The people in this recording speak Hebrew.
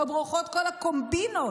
או ברוכות כל הקומבינות